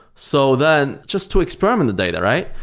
so then just to experiment the data, right?